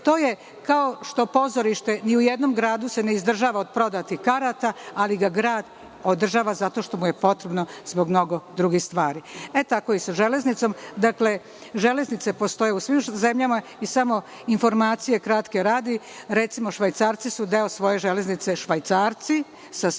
to je kao što se pozorište ni u jednom gradu ne izdržava od prodatih karata, ali ga grad održava zato što mu je potrebno zbog mnogo drugih stvari. Tako je i sa železnicom. Dakle, železnice postoje u svim zemljama i samo radi kratke informacije. Recimo, Švajcarci su deo svoje železnice, Švajcarci sa svim